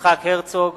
יצחק הרצוג,